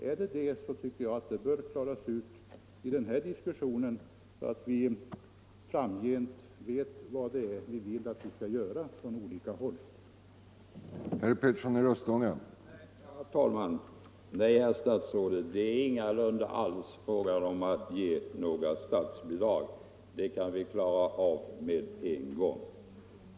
Jag tycker att det i så fall bör klaras ut i den här diskussionen, så att vi framgent vet vad det är som man från olika håll vill att vi skall göra.